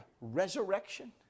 resurrection